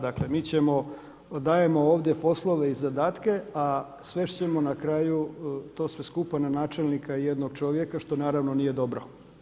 Dakle, mi ćemo, dajemo ovdje poslove i zadatke, a svest ćemo na kraju to sve skupa na načelnika i jednog čovjeka što naravno nije dobro.